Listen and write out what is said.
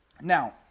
Now